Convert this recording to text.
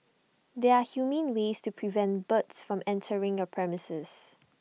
there are humane ways to prevent birds from entering your premises